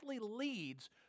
leads